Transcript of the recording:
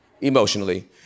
emotionally